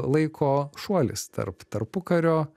laiko šuolis tarp tarpukario